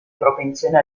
propensione